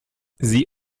sie